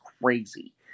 crazy